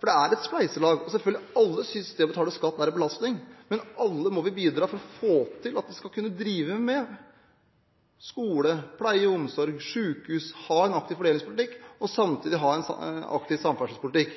for det er et spleiselag. Selvfølgelig synes alle at det å betale skatt er en belastning, men alle må bidra for at vi skal få til at vi skal kunne drive med skole, pleie og omsorg, sykehus, ha en aktiv fordelingspolitikk og samtidig ha en aktiv samferdselspolitikk.